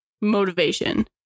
motivation